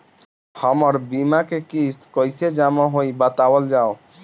हमर बीमा के किस्त कइसे जमा होई बतावल जाओ?